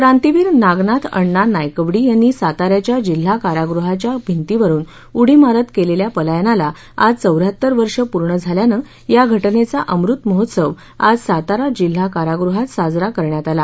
क्रांतीवीर नागनाथअण्णा नायकवडी यांनी साताऱ्याच्या जिल्हा कारागृहाच्या भिंतीवरून उडी मारत केलेल्या पलायनाला आज चौन्याहत्तर वर्षं पूर्ण झाल्यानं या घटनेचा अमृतमहोत्सव आज सातारा जिल्हा कारागृहात साजरा करण्यात आला